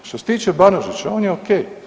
Što se tiče Banožića, on je ok.